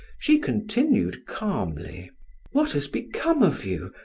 she continued calmly what has become of you?